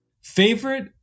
favorite